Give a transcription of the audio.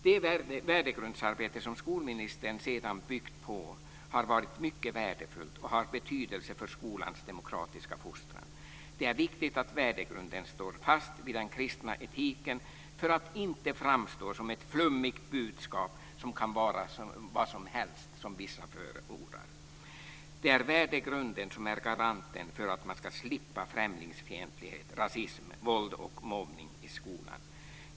Det värdegrundsarbete som skolministern sedan byggt på har varit mycket värdefullt och har betydelse för skolans demokratiska fostran. Det är viktigt att värdegrunden står fast vid den kristna etiken för att inte framstå som ett flummigt budskap som kan vara vad som helst, som vissa förordar. Det är värdegrunden som är garanten för att man ska slippa främlingsfientlighet, rasism, våld och mobbning i skolan.